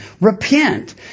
repent